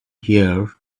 here